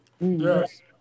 Yes